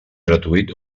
gratuït